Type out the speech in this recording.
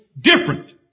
different